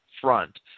front